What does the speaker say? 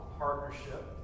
partnership